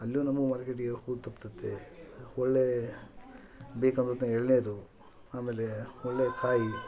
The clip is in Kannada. ಅಲ್ಲಿಯೂ ನಮ್ಗೆ ಮಾರ್ಕೆಟಿಗೆ ಹೋಗೋದು ತಪ್ತದೆ ಒಳ್ಳೆಯ ಬೇಕಾದೊತ್ತಿನ್ಯಾಗ್ ಎಳನೀರು ಆಮೇಲೆ ಒಳ್ಳೆಯ ಕಾಯಿ